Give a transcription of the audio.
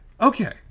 Okay